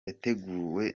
yateguwe